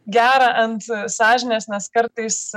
gera ant sąžinės nes kartais